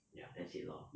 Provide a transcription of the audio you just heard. ya that's it lor